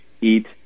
eat